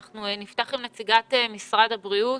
אנחנו נפתח עם נציגת משרד הבריאות.